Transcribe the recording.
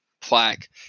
plaque